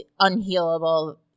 unhealable